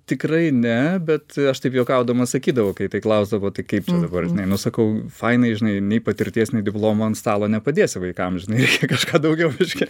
tikrai ne bet aš taip juokaudamas sakydavau kai tai klausdavo tai kaip čia dabar žinai nu sakau fainai žinai nei patirties nei diplomo ant stalo nepadėsi vaikams žinai reikia kažką daugiau biškį